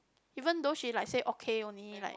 even though she like say okay only like